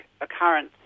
occurrence